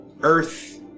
earth